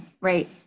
right